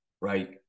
right